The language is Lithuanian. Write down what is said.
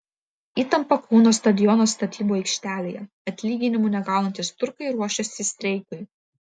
įtampa kauno stadiono statybų aikštelėje atlyginimų negaunantys turkai ruošiasi streikui